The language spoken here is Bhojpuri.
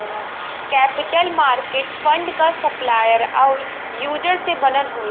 कैपिटल मार्केट फंड क सप्लायर आउर यूजर से बनल होला